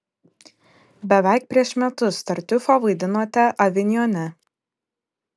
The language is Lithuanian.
beveik prieš metus tartiufą vaidinote avinjone